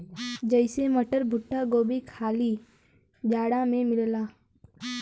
जइसे मटर, भुट्टा, गोभी खाली जाड़ा मे मिलला